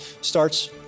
starts